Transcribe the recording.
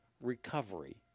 recovery